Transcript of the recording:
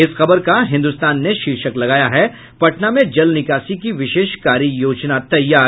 इस खबर का हिन्दुस्तान ने शीर्षक लगाया है पटना में जल निकासी की विशेष कार्य योजना तैयार